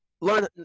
learn